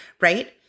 Right